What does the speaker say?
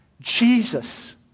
Jesus